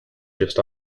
just